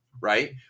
right